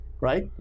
right